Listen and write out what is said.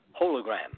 hologram